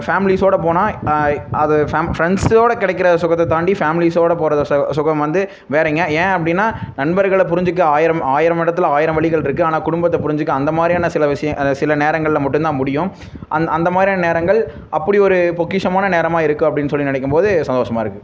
ஃபேமிலிஸ்ஸோட போனால் அது ஃபேம் ஃப்ரெண்ட்ஸ்ஸோட கிடைக்கிற சுகத்தை தாண்டி ஃபேமிலிஸ்ஸோட போகறது சு சுகம் வந்து வேறைங்க ஏன் அப்படின்னா நண்பர்களை புரிஞ்சிக்க ஆயிரம் ஆயிரம் இடத்துல ஆயிரம் வழிகள்ருக்கு ஆனால் குடும்பத்தை புரிஞ்சிக்க அந்த மாரியான சில விஷய அதாவது சில நேரங்களில் மட்டும்தான் முடியும் அந் அந்த மாரியான நேரங்கள் அப்படி ஒரு பொக்கிஷமான நேரமாக இருக்கும் அப்படின் சொல்லி நினைக்கம்போது சந்தோஷமாக இருக்கு